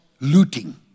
looting